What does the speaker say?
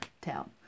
town